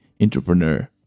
entrepreneur